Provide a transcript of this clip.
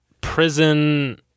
prison